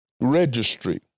registry